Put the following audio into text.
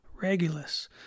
Regulus